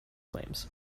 claims